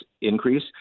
increase